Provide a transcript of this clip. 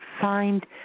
find